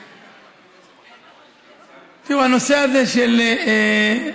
תראו, הנושא הזה של,